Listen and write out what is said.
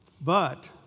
But